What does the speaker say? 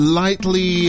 lightly